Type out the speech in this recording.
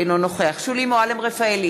אינו נוכח שולי מועלם-רפאלי,